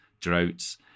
droughts